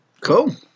Cool